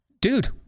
dude